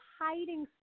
hiding